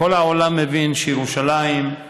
כל העולם מבין שירושלים היא